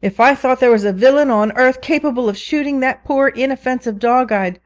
if i thought there was a villain on earth capable of shooting that poor inoffensive dog, i'd